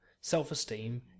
self-esteem